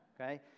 okay